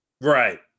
Right